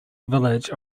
village